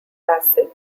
acid